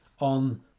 on